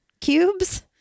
cubes